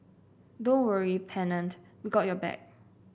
don't worry Pennant we got your back